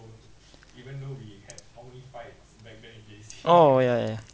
oh ya ya ya